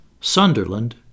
Sunderland